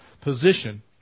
position